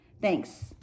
Thanks